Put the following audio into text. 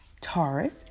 Taurus